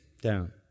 down